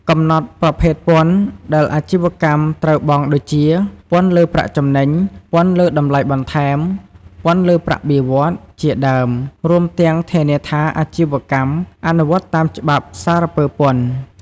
កំណត់ ប្រភេទពន្ធ ដែលអាជីវកម្មត្រូវបង់ ដូចជា ពន្ធលើប្រាក់ចំណេញ ពន្ធលើតម្លៃបន្ថែម ពន្ធលើប្រាក់បៀវត្សរ៍ ជាដើម រួមទាំងធានាថាអាជីវកម្ម អនុវត្តតាមច្បាប់សារពើពន្ធ។